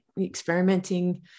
experimenting